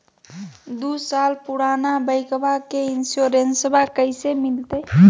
दू साल पुराना बाइकबा के इंसोरेंसबा कैसे मिलते?